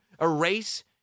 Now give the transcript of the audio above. erase